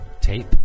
Tape